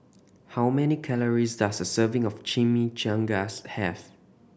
how many calories does a serving of Chimichangas have